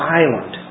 island